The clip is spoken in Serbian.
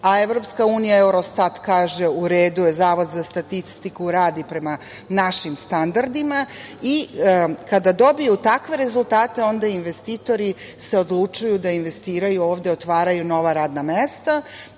a EU, Eurostat kaže – u redu je, Zavod za statistiku radi prema našim standardima. Kada dobiju takve rezultate onda investitori se odlučuju da investiraju, ovde otvaraju nova radna mesta